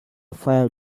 fire